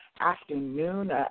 afternoon